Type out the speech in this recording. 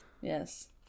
yes